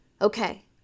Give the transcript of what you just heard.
Okay